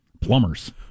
plumbers